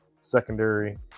secondary